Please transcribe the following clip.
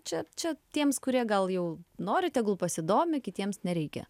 čia čia tiems kurie gal jau nori tegul pasidomi kitiems nereikia